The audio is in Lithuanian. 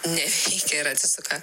neveikia ir atsisuka